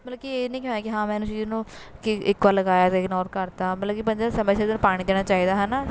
ਮਤਲਬ ਕਿ ਇਹ ਨਹੀਂ ਕਿਹਾ ਕਿ ਹਾਂ ਮੈਂ ਇਹਨੂੰ ਚੀਜ਼ ਨੂੰ ਕਿ ਇੱਕ ਵਾਰ ਲਗਾਇਆ ਅਤੇ ਇਗਨੋਰ ਕਰਤਾ ਮਤਲਬ ਕਿ ਬੰਦੇ ਨੂੰ ਸਮੇਂ ਸਮੇਂ ਸਿਰ ਪਾਣੀ ਦੇਣਾ ਚਾਹੀਦਾ ਹੈ ਨਾ